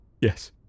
Yes